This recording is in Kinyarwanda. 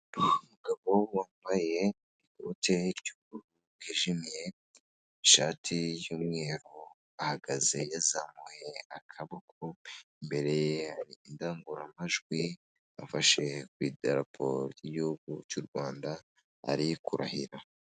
Umugabo wambaye ikote ry'ubururu bwijimye, ishati y'umweru ahagaze yazamuye akaboko, imbere hari indangururamajwi afashe kuri raporo y'igihugu cy'u Rwanda ari kurahira.